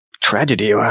tragedy